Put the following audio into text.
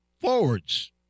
Forwards